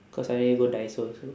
cause I want you go daiso also